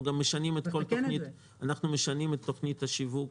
אנחנו גם משנים את תוכנית השיווק.